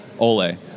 Ole